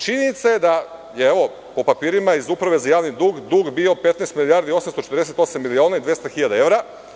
Činjenica je da po papirima iz Uprave za javni dug bio 15 milijardi i 848 miliona i 200.000 evra.